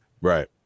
Right